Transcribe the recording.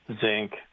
zinc